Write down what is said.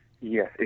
Yes